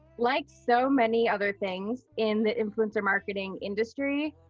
like so many other things in the influencer marketing industry,